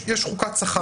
יש לנו חוקת שכר משלנו.